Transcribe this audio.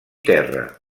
terra